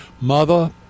mother